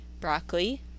broccoli